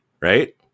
right